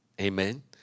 Amen